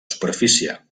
superfície